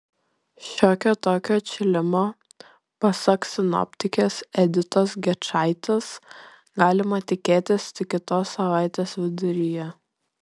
šiokio tokio atšilimo pasak sinoptikės editos gečaitės galima tikėtis tik kitos savaitės viduryje